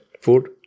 Food